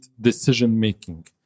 decision-making